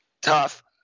tough